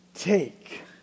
Take